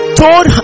told